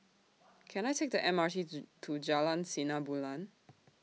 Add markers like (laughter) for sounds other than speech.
Can I Take The M R T (noise) to Jalan Sinar Bulan